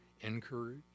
encourage